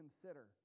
consider